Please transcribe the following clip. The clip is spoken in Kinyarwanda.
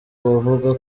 bavuga